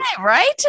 right